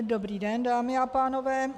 Dobrý den, dámy a pánové.